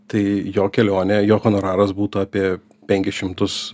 tai jo kelionė jo honoraras būtų apie penkis šimtus